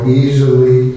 easily